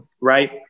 Right